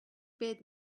bid